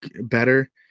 better